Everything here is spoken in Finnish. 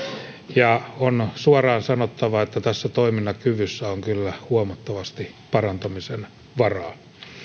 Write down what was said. ja on suoraan sanottava että tässä toimintakyvyssä on kyllä huomattavasti parantamisen varaa